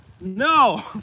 No